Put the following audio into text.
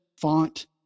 font